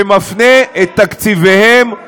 ומפנה את תקציביהם,